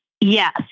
Yes